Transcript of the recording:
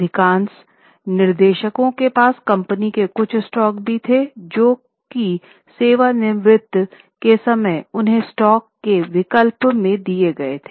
अधिकांश निदेशकों के पास कंपनी के कुछ स्टॉक भी थे जो कि सेवानिवृत्ति के समय उन्हें स्टॉक के विकल्प में दिए गए थे